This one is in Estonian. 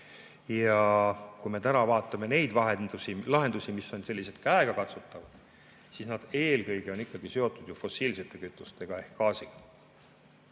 Ja kui me täna vaatame lahendusi, mis on sellised käegakatsutavad, siis need eelkõige on ikkagi seotud fossiilsete kütustega ehk gaasiga.